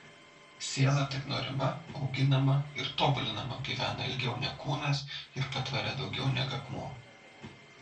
siela tik norima auginama ir tobulinama gyvena ilgiau neg kūnas ir patveria daugiau neg akmuo